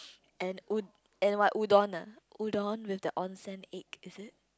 and u~ and what udon ah udon with the onsen egg is it